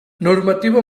normativa